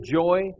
joy